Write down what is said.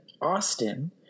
Austin